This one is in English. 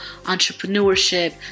entrepreneurship